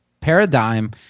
paradigm